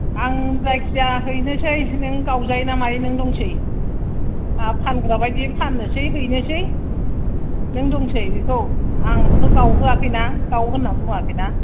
आं जायखिया हैनोसै नों गावजायो ना मायो नों दंसै आंहा फानग्रा बायदि फाननोसै हैनोसै नों दंसै बिखौ आंबोथ' गावहोआखैना गाव होनना बुङोखैना